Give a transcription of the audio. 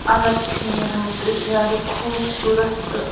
الگ چھِ نیران تہٕ زیادٕ خوٗبصوٗرت تہٕ